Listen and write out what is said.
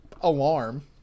alarm